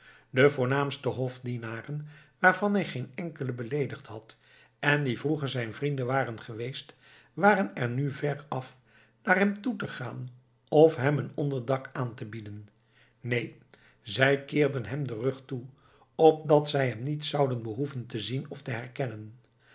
de voornaamste hofdienaren waarvan hij geen enkelen beleedigd had en die vroeger zijn vrienden waren geweest waren er nu ver van af naar hem toe te gaan of hem een onderdak aan te bieden neen zij keerden hem den rug toe opdat zij hem niet zouden behoeven te zien of te herkennen